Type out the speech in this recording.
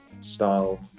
style